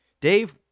Dave